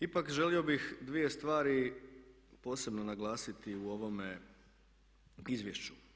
Ipak želio bih dvije stvari posebno naglasiti u ovome izvješću.